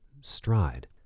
stride